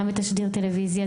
גם בתשדיר טלוויזיה.